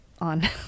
on